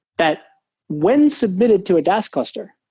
that when submitted to a dask cluster,